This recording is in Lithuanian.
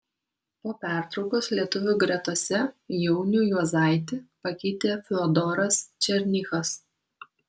po pertraukos lietuvių gretose jaunių juozaitį pakeitė fiodoras černychas